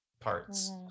parts